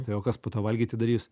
tai o kas po to valgyti darys